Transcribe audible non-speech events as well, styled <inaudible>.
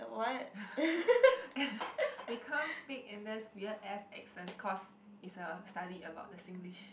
<breath> we can't speak in this weird ass accent cause it's a study about the Singlish